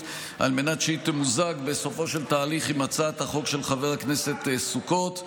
על מנת שהיא תמוזג בסופו של התהליך עם הצעת החוק של חבר הכנסת סוכות,